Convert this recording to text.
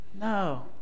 No